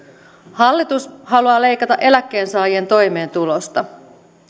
hallitus haluaa leikata eläkkeensaajien toimeentulosta